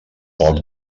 poc